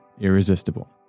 irresistible